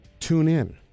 TuneIn